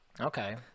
Okay